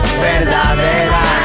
verdadera